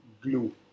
glue